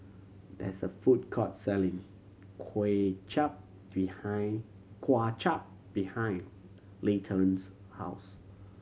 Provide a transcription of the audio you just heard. there is a food court selling Kway Chap behind kwa chap behind Layton's house